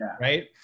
Right